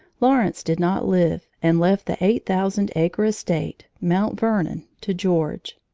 lawrence did not live and left the eight-thousand-acre estate, mount vernon, to george.